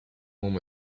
moment